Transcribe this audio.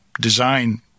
design